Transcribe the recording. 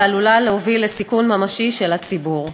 ועלולה להוביל לסיכון ממשי של הציבור.